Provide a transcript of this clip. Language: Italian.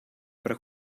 per